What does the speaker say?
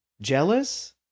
Jealous